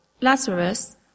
Lazarus